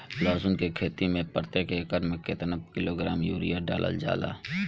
लहसुन के खेती में प्रतेक एकड़ में केतना किलोग्राम यूरिया डालल जाला?